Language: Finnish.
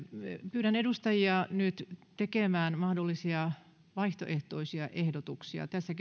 pyydän nyt edustajia tekemään mahdollisia vaihtoehtoisia ehdotuksia tässä